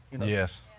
Yes